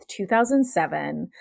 2007